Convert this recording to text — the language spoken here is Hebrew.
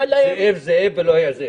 זאב זאב ולא היה זאב.